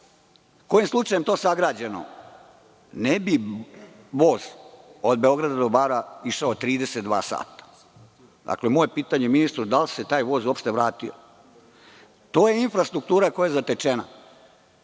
kojim slučajem to sagrađeno ne bi voz od Beograda do Bara išao 32 sata. Moje pitanje ministru – da li se taj voz uopšte vratio? To je infrastruktura koja je zatečena.